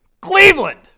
Cleveland